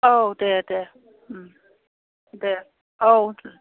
औ दे दे दे औ